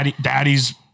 daddy's